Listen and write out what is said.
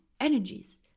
energies